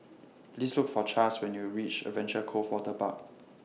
Please Look For Chas when YOU REACH Adventure Cove Waterpark